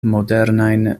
modernajn